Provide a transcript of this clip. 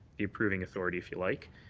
the approving authority, if you like,